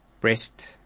breast